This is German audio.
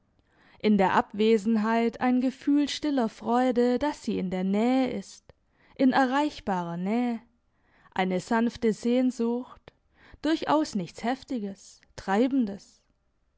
in der abwesenheit ein gefühl stiller freude dass sie in der nähe ist in erreichbarer nähe eine sanfte sehnsucht durchaus nichts heftiges treibendes